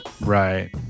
Right